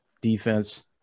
defense